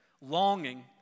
Longing